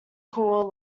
call